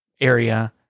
area